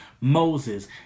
Moses